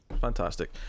fantastic